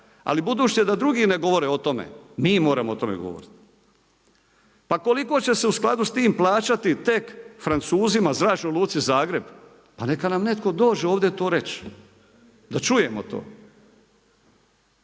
Ali budući da drugi ne govore o tome mi moramo o tome govoriti. Pa koliko će se u skladu s tim plaćati tek Francuzima Zračnoj luci Zagreb. Pa neka nam netko dođe ovdje to reći, da čujemo to.